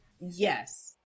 yes